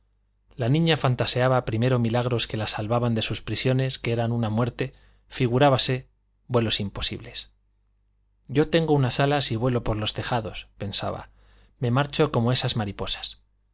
la niña fantaseaba primero milagros que la salvaban de sus prisiones que eran una muerte figurábase vuelos imposibles yo tengo unas alas y vuelo por los tejados pensaba me marcho como esas mariposas